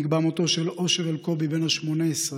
נקבע מותו של אושר אלקובי בן ה-18,